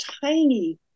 tiny